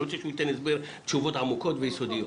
אני רוצה שהוא ייתן הסבר, תשובות עמוקות ויסודיות.